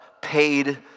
paid